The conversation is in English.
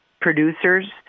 producers